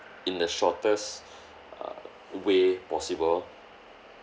in the shortest err way possible